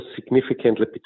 significantly